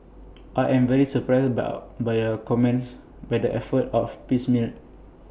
I am very surprised by our by your comments that the efforts of piecemeal